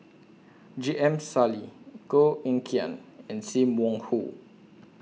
J M Sali Koh Eng Kian and SIM Wong Hoo